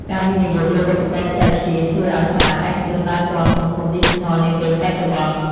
ការវិនិយោគលើឧបករណ៍បច្ចេកវិទ្យាជួយឱ្យសាលាឯកជនដើរទាន់សង្គមឌីជីថលនាពេលបច្ចុប្បន្ន។